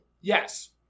Yes